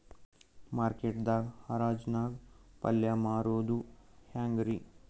Market ದಾಗ್ ಹರಾಜ್ ನಾಗ್ ಪಲ್ಯ ಮಾರುದು ಹ್ಯಾಂಗ್ ರಿ?